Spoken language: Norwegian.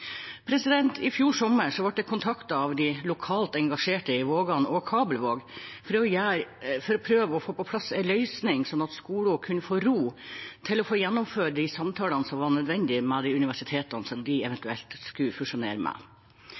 I fjor sommer ble jeg kontaktet av de lokalt engasjerte, i Vågan og Kabelvåg, for å prøve å få på plass en løsning, slik at skolen kunne få ro til å gjennomføre de samtalene som var nødvendige med de universitetene de eventuelt skulle fusjonere med.